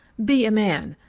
be a man.